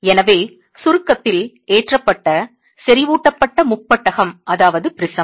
எனவே சுருக்கத்தில் ஏற்றப்பட்ட செறிவூட்டப்பட்ட முப்பட்டகம் ப்ரிஸம்